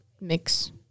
mix